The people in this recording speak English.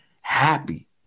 happy